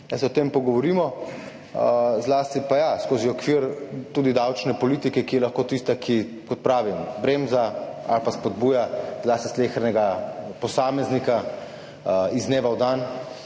da se o tem pogovorimo, zlasti pa ja, skozi okvir tudi davčne politike, ki je lahko tista, ki bremza ali pa spodbuja zlasti slehernega posameznika iz dneva v dan